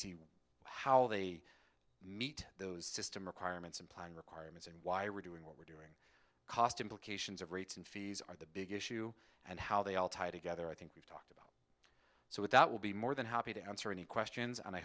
see how they meet those system requirements and plan requirements and why we're doing what would cost implications of rates and fees are the big issue and how they all tie together i think we've talked so with that will be more than happy to answer any questions and i